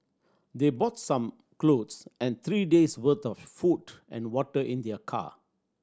they brought some clothes and three days' worth of food and water in their car